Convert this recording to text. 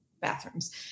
bathrooms